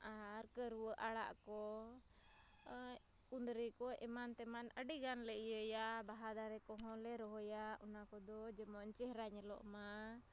ᱟᱨ ᱠᱟᱹᱨᱣᱟᱹ ᱟᱲᱟᱜᱠᱚ ᱠᱩᱸᱫᱽᱨᱤᱠᱚ ᱮᱢᱟᱱ ᱛᱮᱢᱟᱱ ᱟᱹᱰᱤᱜᱟᱱᱞᱮ ᱤᱭᱟᱹᱭᱟ ᱵᱟᱦᱟ ᱫᱟᱨᱮᱠᱚᱦᱚᱸᱞᱮ ᱨᱚᱦᱚᱭᱟ ᱚᱱᱟᱠᱚᱫᱚ ᱡᱮᱢᱚᱱ ᱪᱮᱦᱨᱟ ᱧᱮᱞᱚᱜ ᱢᱟ